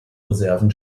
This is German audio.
reserven